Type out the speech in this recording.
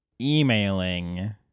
emailing